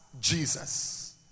Jesus